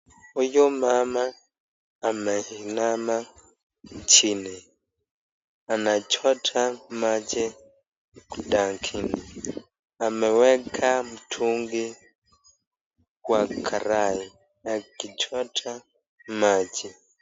Huyu mama ameinama chini, anachota maji tankini. Ameweka mtungi kwa karai akichota maji.